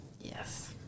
Yes